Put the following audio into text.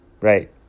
Right